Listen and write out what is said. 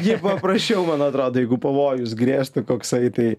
ji paprasčiau man atrodo jeigu pavojus grėstų koksai tai